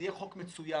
יהיה חוק מצוין.